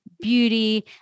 beauty